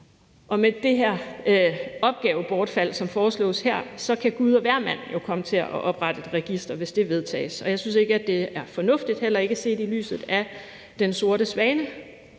en. Med det opgavebortfald, som foreslås her, kan gud og hvermand jo komme til at oprette et register, hvis det vedtages. Jeg synes ikke, det er fornuftigt, heller ikke set i lyset af »Den sorte svane«,